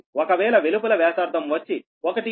ఒకవేళ వెలుపల వ్యాసార్థం వచ్చి 1